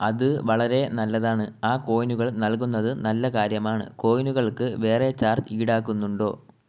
അത് വളരെ നല്ലതാണ് ആ കോയിനുകൾ നൽകുന്നത് നല്ല കാര്യമാണ് കോയിനുകൾക്ക് വേറെ ചാർജ് ഈടാക്കുന്നുണ്ടോ